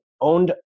owned